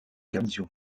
garnison